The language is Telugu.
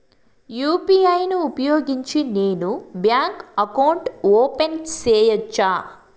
యు.పి.ఐ ను ఉపయోగించి నేను బ్యాంకు అకౌంట్ ఓపెన్ సేయొచ్చా?